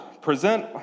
present